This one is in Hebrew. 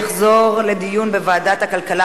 התשע"א 2011, לוועדת הכלכלה